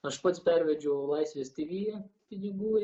aš pats pervedžiau laisvės tv pinigų